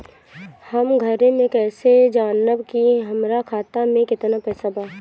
हम घरे से कैसे जानम की हमरा खाता मे केतना पैसा बा?